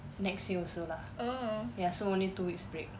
next year also lah ya so only two weeks break